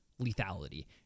lethality